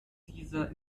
dieser